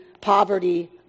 poverty